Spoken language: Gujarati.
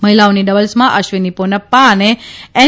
મહિલાઓની ડબલ્સમાં અશ્વીની પોન્પ્પા અને એન